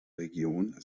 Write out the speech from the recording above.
region